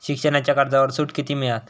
शिक्षणाच्या कर्जावर सूट किती मिळात?